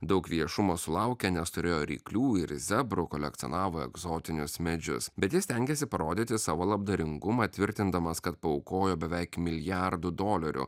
daug viešumo sulaukia nes turėjo ryklių ir zebrų kolekcionavo egzotinius medžius bet jis stengiasi parodyti savo labdaringumą tvirtindamas kad paaukojo beveik milijardų dolerių